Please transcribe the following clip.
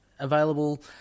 Available